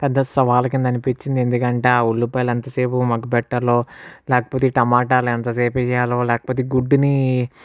పెద్ద సవాలు కింద అనిపించింది ఎందుకు అంటే ఆ ఉల్లిపాయలు ఎంతసేపు మగ్గి పెట్టాలో లేకపోతే ఈ టమాటాలు ఎంత సేపు వెయ్యాలో లేకపోతే ఈ గుడ్డుని